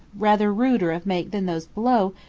rather ruder of make than those below,